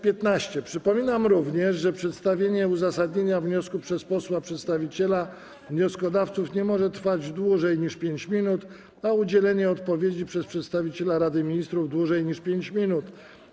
Przypominam również, że przedstawienie uzasadnienia wniosku przez posła przedstawiciela wnioskodawców nie może trwać dłużej niż 5 minut, a udzielenie odpowiedzi przez przedstawiciela Rady Ministrów - dłużej niż 5 minut.